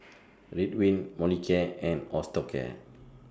Ridwind Molicare and Osteocare